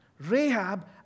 Rahab